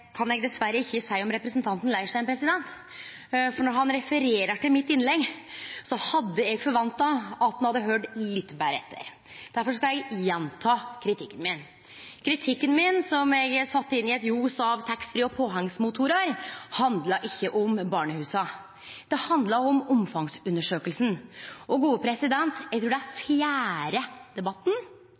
kan eg dessverre ikkje seie om representanten Leirstein, for når han refererer til innlegget mitt, hadde eg forventa at han hadde høyrt litt betre etter. Derfor skal eg gjenta kritikken min. Kritikken min, som eg sette inn i eit ljos av taxfree og påhengsmotorar, handlar ikkje om barnehusa. Det handlar om omfangsundersøkinga. Eg trur dette er den fjerde debatten